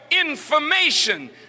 information